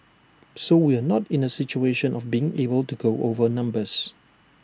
so we are not in A situation of being able to go over numbers